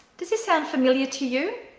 does this sound familiar to you?